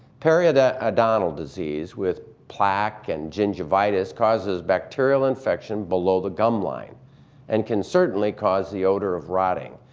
periodontal disease with plaque and gingivitis causes bacterial infection below the gum line and can certainly cause the odor of rotting,